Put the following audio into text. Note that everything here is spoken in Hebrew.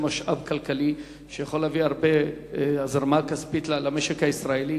זה משאב כלכלי שיכול להביא להזרמה כספית רבה למשק הישראלי,